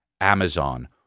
Amazon